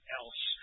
else